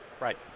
Right